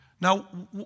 Now